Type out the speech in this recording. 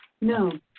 No